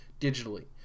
digitally